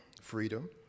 Freedom